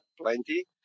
plenty